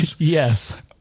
Yes